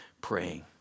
praying